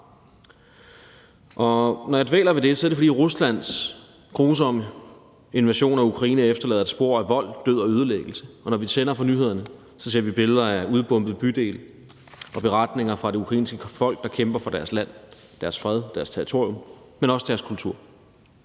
Når jeg dvæler ved det, er det, fordi Ruslands grusomme invasion af Ukraine efterlader et spor af vold, død og ødelæggelse, og når vi tænder for nyhederne, ser vi billeder af udbombede bydele og får beretninger fra det ukrainske folk, som kæmper for deres land, deres fred, deres territorium, men også deres kultur.